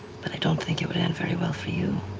but i don't think it would end very well for you.